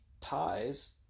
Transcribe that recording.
ties